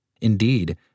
Indeed